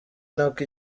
nako